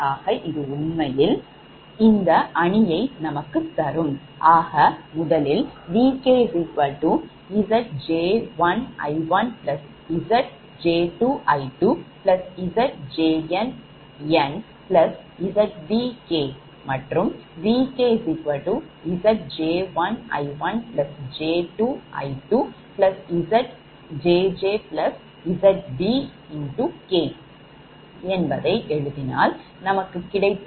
ஆக இது உண்மையில் ஆக முதலில் VkZj1I1Zj2I2ZjnnZbk VkZj1I1Zj2I2ZjjZbk என்பதை எழுதினால் நமக்கு கிடைப்பது